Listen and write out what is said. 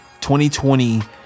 2020